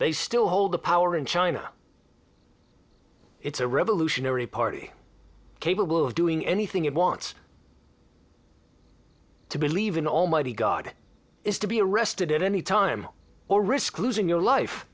they still hold the power in china it's a revolutionary party capable of doing anything it wants to believe in almighty god it is to be arrested at any time or risk losing your life